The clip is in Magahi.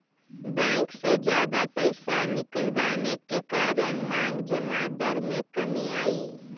बैंक से जादा पैसे निकलवाने के कारण मांग जमा दर में कमी आई